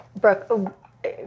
Brooke